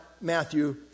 Matthew